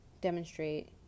demonstrate